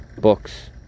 books